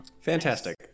Fantastic